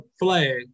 flag